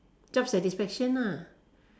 job satisfaction ah